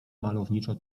malowniczo